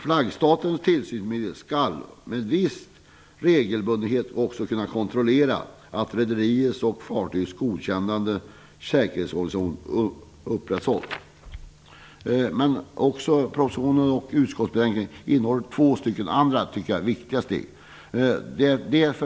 Flaggstatens tillsynsmyndighet skall med viss regelbundenhet också kunna kontrollera att rederiets och fartygets godkända säkerhetsorganisation upprätthålls. Propositionen och utskottsbetänkandet innehåller också två andra viktiga steg, tycker jag.